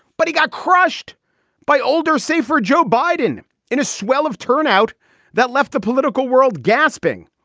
but he got crushed by older, safer joe biden in a swell of turnout that left the political world gasping.